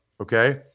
okay